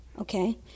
Okay